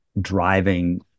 driving